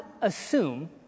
assume